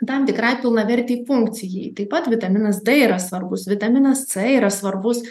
tam tikrai pilnavertei funkcijai taip pat vitaminas d yra svarbus vitaminas c yra svarbus